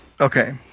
Okay